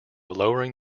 lowering